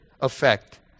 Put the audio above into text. effect